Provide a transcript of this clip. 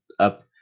up